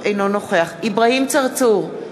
אינו נוכח אברהים צרצור,